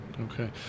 Okay